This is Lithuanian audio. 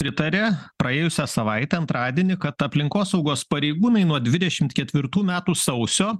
pritarė praėjusią savaitę antradienį kad aplinkosaugos pareigūnai nuo dvidešimt ketvirtų metų sausio